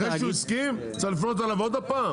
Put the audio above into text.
--- אחרי שהוא הסכים צריך לפנות אליו עוד פעם?